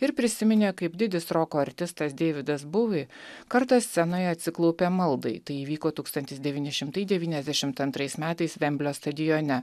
ir prisiminė kaip didis roko artistas deividas buvi kartą scenoje atsiklaupė maldai tai įvyko tūkstantis devyni šimtai devyniasdešimt antrais metais vemblio stadione